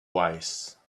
wise